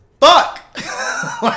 fuck